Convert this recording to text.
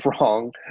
wrong